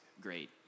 great